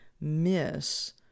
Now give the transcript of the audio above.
miss